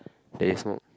that he smoke